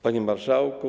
Panie Marszałku!